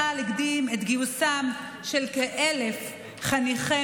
צה"ל הקדים את גיוסם של כ-1,000 חניכי